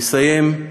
אני אסיים.